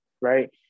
right